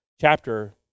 chapter